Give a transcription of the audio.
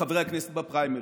לחברי הכנסת בפריימריז.